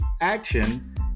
action